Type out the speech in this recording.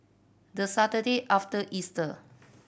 the Saturday after Easter